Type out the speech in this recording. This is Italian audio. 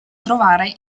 trovare